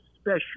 special